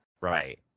right